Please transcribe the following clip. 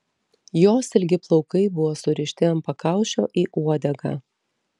jos ilgi plaukai buvo surišti ant pakaušio į uodegą